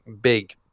big